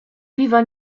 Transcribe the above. piwa